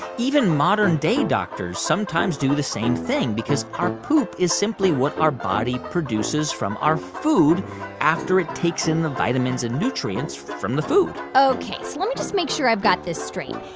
even modern-day doctors sometimes do the same thing because our poop is simply what our body produces from our food after it takes in the vitamins and nutrients from the food ok. so let me just make sure i've got this straight.